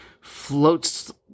floats